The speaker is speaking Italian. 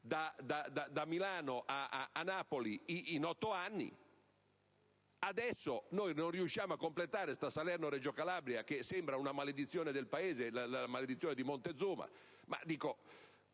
da Milano a Napoli in otto anni e adesso non riusciamo a completare questa Salerno‑Reggio Calabria, che sembra una maledizione del Paese, la maledizione di Montezuma.